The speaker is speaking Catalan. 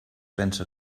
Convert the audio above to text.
pensa